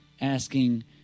asking